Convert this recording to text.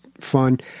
fun